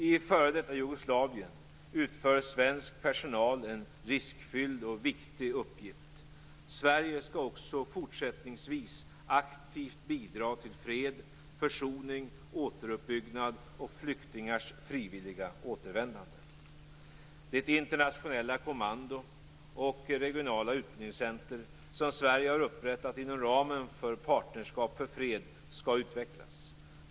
I f.d. Jugoslavien utför svensk personal en riskfylld och viktig uppgift. Sverige skall också fortsättningsvis aktivt bidra till fred, försoning, återuppbyggnad och flyktingars frivilliga återvändande. Det internationella kommando och regionala utbildningscenter som Sverige har upprättat inom ramen för Partnerskap för fred skall utvecklas.